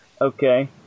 okay